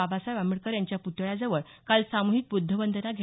बाबासाहेब आंबेडकर यांच्या पुतळ्याजवळ काल सामुहिक बुद्धवंदना घेण्यात आली